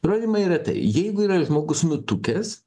įrodymai yra tai jeigu yra žmogus nutukęs